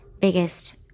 biggest